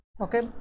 okay